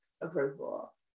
approval